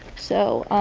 so,